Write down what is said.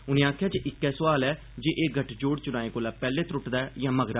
उनें आखेआ जे इक्कै सोआल ऐ जे एह् गठजोड़ चुनाएं कोला पैहले त्रुटदा ऐ यां मगरा